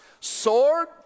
sword